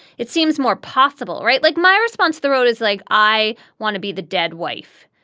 it seems more possible, right? like my response. the road is like i want to be the dead wife.